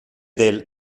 del